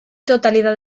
totalidad